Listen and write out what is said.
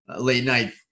late-night